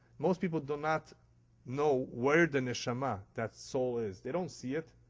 most people do not know where the neshamah that soul is. they don't see it.